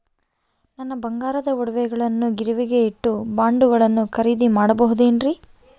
ನನ್ನ ಬಂಗಾರದ ಒಡವೆಗಳನ್ನ ಗಿರಿವಿಗೆ ಇಟ್ಟು ಬಾಂಡುಗಳನ್ನ ಖರೇದಿ ಮಾಡಬಹುದೇನ್ರಿ?